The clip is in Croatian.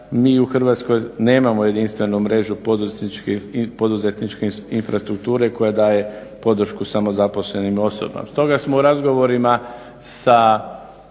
mi u Hrvatskoj nemamo jedinstvenu mrežu poduzetničkih, poduzetničke infrastrukture koja daje podršku samo zaposlenima osobama. Stoga smo u razgovorima sa